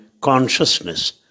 consciousness